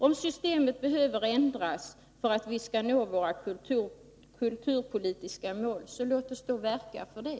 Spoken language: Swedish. Om systemet behöver ändras för att vi skall kunna uppnå våra kulturpolitiska mål, så låt oss verka för det!